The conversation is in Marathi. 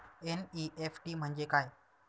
एन.ई.एफ.टी म्हणजे काय?